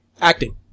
Acting